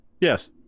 Yes